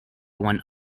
one